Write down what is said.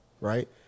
right